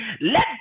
Let